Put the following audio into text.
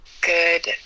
Good